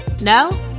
No